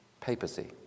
papacy